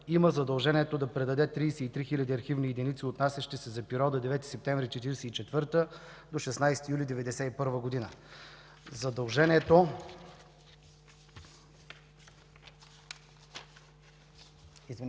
има задължението да предаде 33 хиляди архивни единици, отнасящи се за периода 9 септември 1944 г. до 16 юли 1991 г.